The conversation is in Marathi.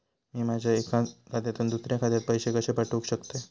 मी माझ्या एक्या खात्यासून दुसऱ्या खात्यात पैसे कशे पाठउक शकतय?